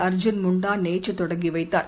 Arjun முண்டாநேற்றுதொடங்கிவைத்தார்